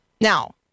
Now